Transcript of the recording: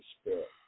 Spirit